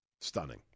Stunning